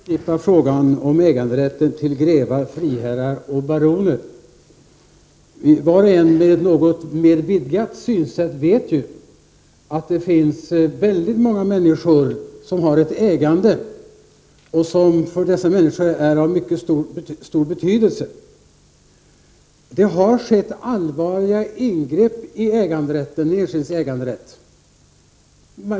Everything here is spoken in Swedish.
Fru talman! Bo Hammar förknippar frågan om äganderätten med grevar, friherrar och baroner. Var och en med ett något mer vidgat synsätt vet att det finns många människor som har ett ägande som för dem är av mycket stor betydelse. Det har skett allvarliga ingrepp i den enskildes äganderätt.